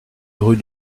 rue